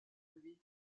lui